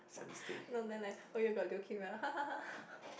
no then like oh you got leukemia then ha ha ha